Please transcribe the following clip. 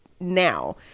now